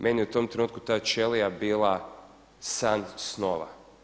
Meni je u tom trenutku ta ćelija bila san snova.